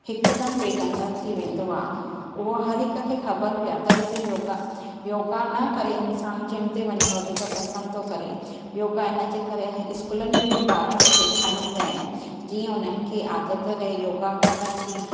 हिकदमि पेट अदंरु थी वेंदो आहे उहो हर हिक खे ख़बरु बि आहे तॾहिं बि योगा योगा न करे इन्सानु जिम ते वञणु वधीक पसंदि थो करे योगा इन जे करे स्कूलनि में बि ॿारनि खे सेखारींदा आहिनि जीअं उन्हनि खे आदत रहे योगा करण जी